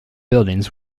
buildings